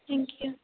thank you